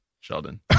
Sheldon